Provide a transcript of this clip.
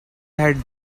had